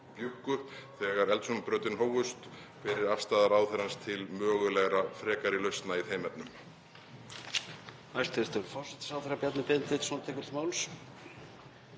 þegar eldsumbrotin hófust. Hver er afstaða ráðherrans til mögulegra frekari lausna í þeim efnum?